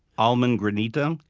almond granita,